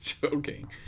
Joking